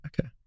Okay